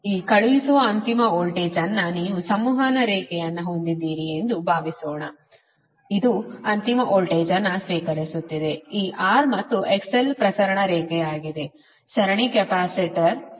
ಈ ಕಳುಹಿಸುವ ಅಂತಿಮ ವೋಲ್ಟೇಜ್ ಅನ್ನು ನೀವು ಸಂವಹನ ರೇಖೆಯನ್ನು ಹೊಂದಿದ್ದೀರಿ ಎಂದು ಭಾವಿಸೋಣ ಇದು ಅಂತಿಮ ವೋಲ್ಟೇಜ್ ಅನ್ನು ಸ್ವೀಕರಿಸುತ್ತಿದೆ ಈ R ಮತ್ತು XL ಪ್ರಸರಣ ರೇಖೆಯಾಗಿದೆ ಸರಣಿ ಕೆಪಾಸಿಟರ್ ಅನ್ನು ಸರಣಿಯ ಬಲದಲ್ಲಿ ಸಂಪರ್ಕಿಸಲಾಗಿದೆ